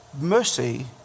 mercy